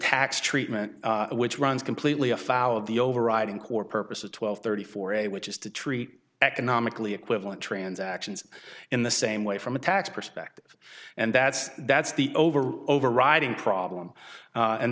tax treatment which runs completely afoul of the overriding core purpose of twelve thirty four a which is to treat economically equivalent transactions in the same way from a tax perspective and that's that's the overall overriding problem